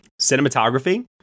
cinematography